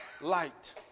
light